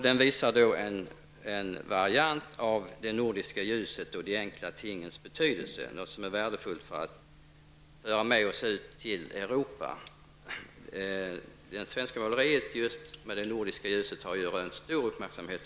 Den visar en variant av det nordiska ljuset och de enkla tingens betydelse, något som är värdefullt att föra med oss ut till Europa. I t.ex. USA har det svenska måleriet med det nordiska ljuset rönt stor uppmärksamhet.